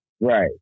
Right